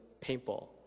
paintball